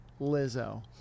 Lizzo